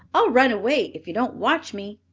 i'll run away if you don't watch me,